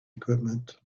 equipment